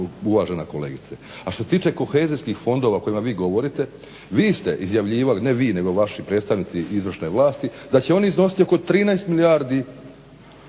uvažena kolegice. A što se tiče kohezijskih fondova o kojima vi govorite vi ste izjavljivali, ne vi nego vaši predstavnici izvršne vlasti, da će oni iznositi oko 13 milijardi